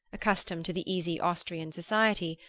accustomed to the easy austrian society,